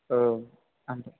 औ आं